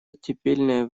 оттепельное